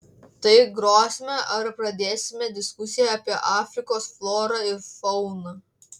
tai grosime ar pradėsime diskusiją apie afrikos florą ir fauną